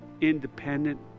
independent